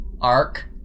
arc